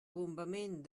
bombament